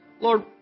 Lord